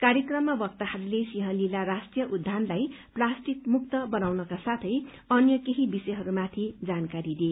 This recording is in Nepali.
कार्यक्रममा वक्ताहरूले सिंहलिला राष्ट्रीय उद्यानलाई प्लास्टिक मुक्त बनाउनका साथै अन्य कही विषयहरूमाथि जानकारी दिए